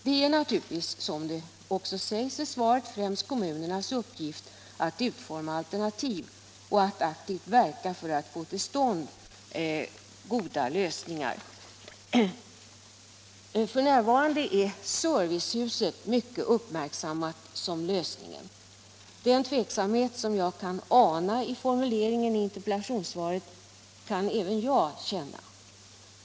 Det är naturligtvis, såsom också sägs i svaret, främst kommunernas uppgift att utforma alternativ och att aktivt verka för att få till stånd goda lösningar. F. n. är servicehuset mycket uppmärksammat som lösning. Den tveksamhet som jag tycker mig ana i formuleringen i interpellationssvaret kan även jag känna.